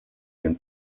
dem